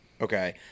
Okay